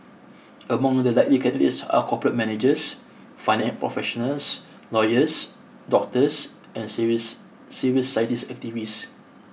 among the likely candidates are corporate managers finance professionals lawyers doctors and civils civils society activists